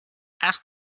ask